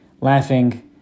laughing